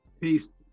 Peace